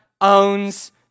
owns